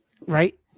Right